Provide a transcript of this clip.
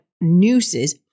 nooses